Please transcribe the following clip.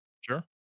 Sure